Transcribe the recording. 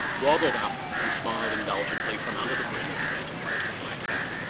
waddled up and smiled indulgently from under the brim of his antiquated black hat.